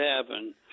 happen